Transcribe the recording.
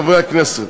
חברי הכנסת,